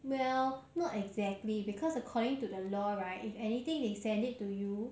well not exactly because according to the law right if anything they send it to you